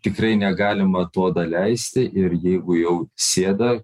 tikrai negalima to daleisti ir jeigu jau sėda